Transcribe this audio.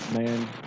man